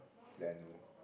that I know